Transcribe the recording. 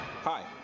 Hi